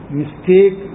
mistake